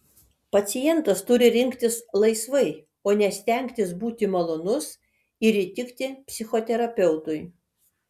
pacientas turi rinktis laisvai o ne stengtis būti malonus ir įtikti psichoterapeutui